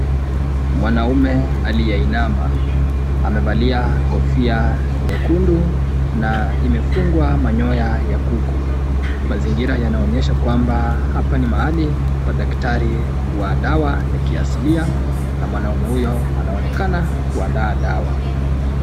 Mwanaume aliyeinama amevalia kofia nyekundu na imefungwa manyoya ya kuku. Mazingira yanaonyesha kwamba hapa ni mahali pa daktari wa dawa ya kiasilia na mwanaume huyo anaonekana kuandaa dawa.